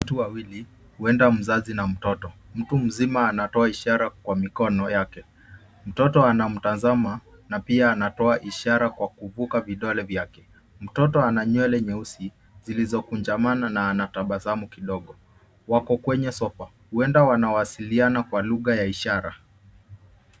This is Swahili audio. Watu wawili huenda mzazi na mtoto. Mtu mzima anatoa ishara kwa mikono yake. Mtoto anamtazama na pia anatoa ishara kwa kuvuga vidole vyake. Mtoto ana nywele nyeusi zilizokunjamana na anatabasamu kidogo. Wako kwenye sofa, huenda wanawasiliana kwa lugha ya ishara.